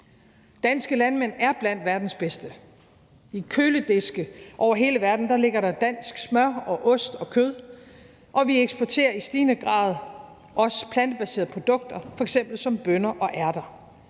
Danske landmænd er blandt verdens bedste. I kølediske over hele verden ligger der dansk smør, ost og kød, og vi eksporterer i stigende grad også plantebaserede produkter som f.eks. bønner og ærter